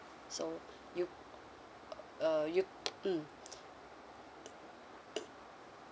so you uh you mm